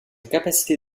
capacité